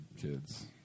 kids